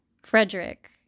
Frederick